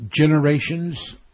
generations